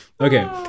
Okay